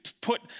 put